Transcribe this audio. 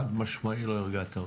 חד משמעית, לא הרגעת אותי.